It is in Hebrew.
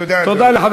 תודה, אדוני.